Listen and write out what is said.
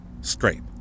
scrape